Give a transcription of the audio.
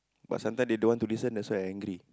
but sometimes they don't want to listen that's why I angry